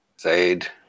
Zaid